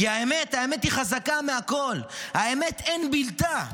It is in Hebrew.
כי האמת, האמת היא חזקה מהכול, האמת אין בלתה,